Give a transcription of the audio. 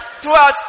throughout